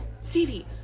Stevie